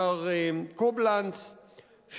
מר קובלנץ,